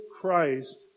Christ